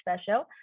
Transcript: special